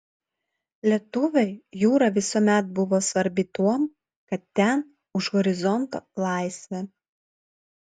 lietuviui jūra visuomet buvo svarbi tuom kad ten už horizonto laisvė